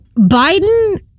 Biden